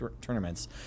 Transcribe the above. tournaments